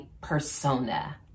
persona